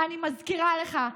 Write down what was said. אני מזכירה לך,